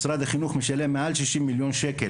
משרד החינוך משלם מעל 60 מיליון שקלים